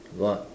got